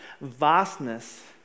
vastness